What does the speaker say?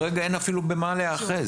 כרגע אין אפילו במה להיאחז.